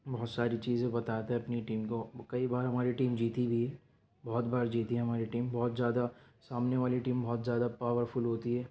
بہت ساری چیزیں بتاتا ہے اپنی ٹیم کو کئی بار ہماری ٹیم جیتی بھی ہے بہت بار جیتی ہے ہماری ٹیم بہت زیادہ سامنے والی ٹیم بہت زیادہ پاورفل ہوتی ہے